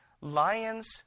Lions